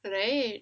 right